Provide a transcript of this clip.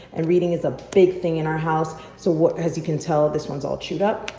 and reading is a big thing in our house. so as you can tell, this one's all chewed up.